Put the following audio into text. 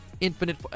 Infinite